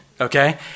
okay